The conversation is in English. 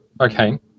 Okay